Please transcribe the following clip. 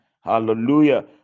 hallelujah